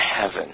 heaven